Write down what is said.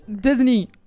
Disney